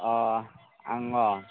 अ आङो